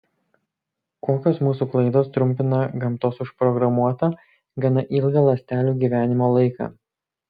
kokios mūsų klaidos trumpina gamtos užprogramuotą gana ilgą ląstelių gyvenimo laiką